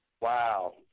Wow